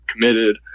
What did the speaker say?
committed